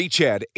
Chad